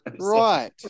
right